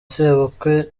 sebukwe